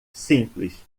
simples